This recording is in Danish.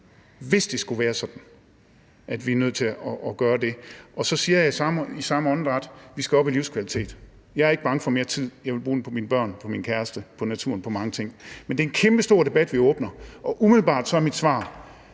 hvis det skulle være sådan, at vi er nødt til at gøre det. Så siger jeg i samme åndedrag: Vi skal op i livskvalitet. Jeg er ikke bange for mere tid. Jeg vil bruge den på mine børn, min kæreste, på naturen, på mange ting. Men det er en kæmpestor debat, vi åbner, og umiddelbart er mit svar: